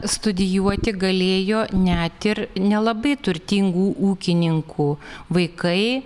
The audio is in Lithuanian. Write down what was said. studijuoti galėjo net ir nelabai turtingų ūkininkų vaikai